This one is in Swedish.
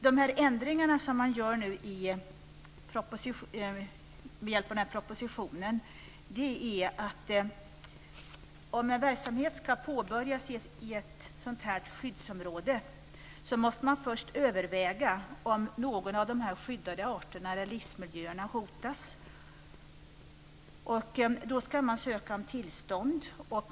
De ändringar som man gör med hjälp av propositionen innebär att om en verksamhet ska påbörjas i ett skyddsområde måste man först överväga om någon av de skyddade arterna eller livsmiljöerna hotas. Man ska då ansöka om tillstånd.